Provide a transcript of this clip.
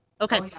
Okay